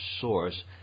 Source